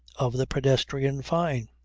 of the pedestrian fyne.